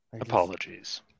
Apologies